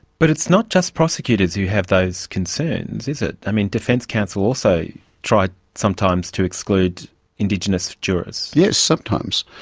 but it's not just prosecutors who have those concerns, is it. i mean, defence counsel also try sometimes to exclude indigenous jurors. yes, sometimes.